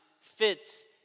fits